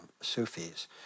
Sufis